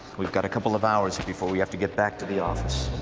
we've got a couple of hours before we have to get back to the office.